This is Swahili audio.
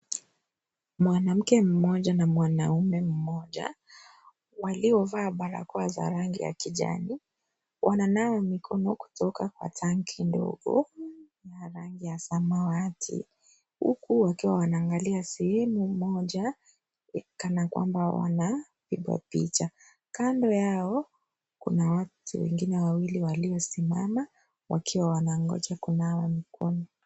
Mwanamke mmoja na mwanaume mmoja. Waliovaa barakoa za rangi ya kijani. Wananawa mikono kutoka kwa tanki ndogo ya rangi ya samawati. Huku wakiwa wanaangalia sehemu moja kana kwamba wanapigwa picha. Kando yao kuna watu wengine wawili waliosimama wakiwa wanangoja kunawa mkono.